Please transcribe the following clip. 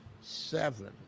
seven